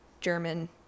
German